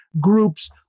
groups